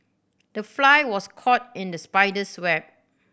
the fly was caught in the spider's web